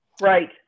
right